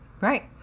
Right